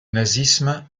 nazisme